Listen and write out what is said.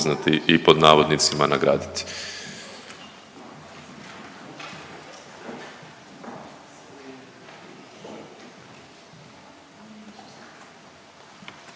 i pod navodnicima nagraditi.